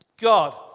God